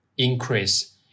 increase